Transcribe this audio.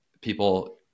people